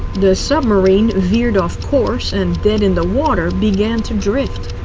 the submarine veered off course, and dead in the water, began to drift.